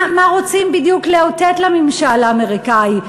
מה רוצים בדיוק לאותת לממשל האמריקני?